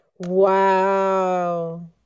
Wow